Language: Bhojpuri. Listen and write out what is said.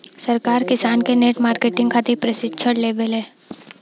सरकार किसान के नेट मार्केटिंग खातिर प्रक्षिक्षण देबेले?